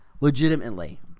legitimately